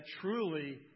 truly